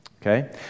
Okay